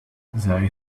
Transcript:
they